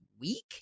week